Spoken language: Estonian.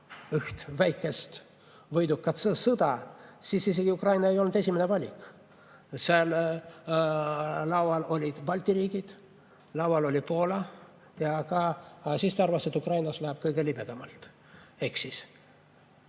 üht väikest võidukat sõda, Ukraina ei olnud isegi esimene valik. Seal laual olid Balti riigid, laual oli Poola, aga ta arvas, et Ukrainas läheb kõige libedamalt. Ta eksis.